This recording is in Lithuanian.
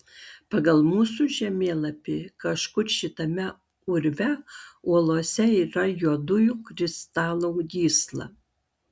pagal mūsų žemėlapį kažkur šitame urve uolose yra juodųjų kristalų gysla